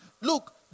Look